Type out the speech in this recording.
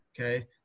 okay